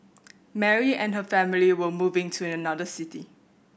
Mary and her family were moving to another city